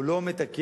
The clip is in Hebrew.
הוא לא מתקן